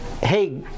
Hey